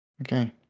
Okay